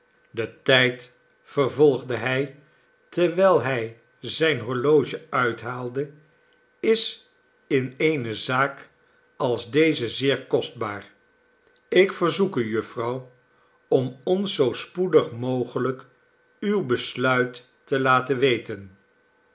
de tijd vervolgde hij terwijl hij zijn horloge uithaalde is in eene zaak als deze zeer kostbaar ik verzoek u jufvrouw om ons zoo spoedig mogelijk uw besluit te laten weten